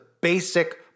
basic